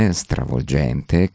stravolgente